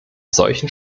solchen